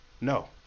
No